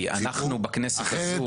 כי אנחנו בכנסת הזו --- אחרת,